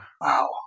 Wow